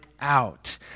out